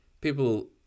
people